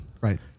right